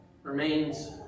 Remains